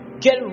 Get